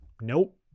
Nope